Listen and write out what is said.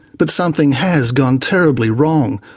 but something has gone terribly wrong,